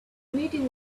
meeting